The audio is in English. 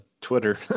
Twitter